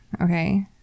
Okay